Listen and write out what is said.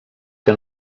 que